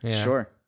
Sure